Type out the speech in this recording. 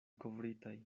kovritaj